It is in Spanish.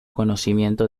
conocimiento